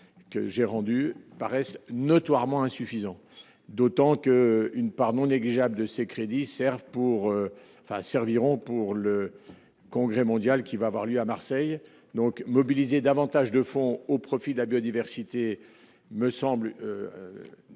que j'ai rendu paraissent notoirement insuffisant, d'autant qu'une part non négligeable de ces crédits Servent pour enfin serviront pour le congrès mondial qui va avoir lieu à Marseille donc mobiliser davantage de fonds au profit de la biodiversité, me semble